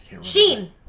Sheen